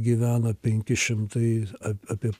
gyveno penki šimtai apie